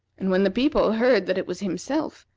and when the people heard that it was himself,